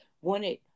wanted